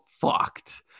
fucked